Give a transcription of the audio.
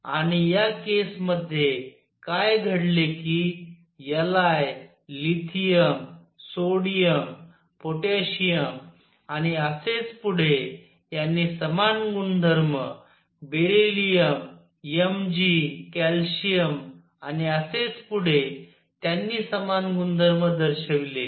आणि या केस मध्ये काय घडले कि Li लिथियम सोडियम पोटॅशियम आणि असेच पुढे यांनी समान गुणधर्म बेरिलियम Mg आणि कॅल्शियम आणि असेच पुढे त्यांनी समान गुणधर्म दर्शविले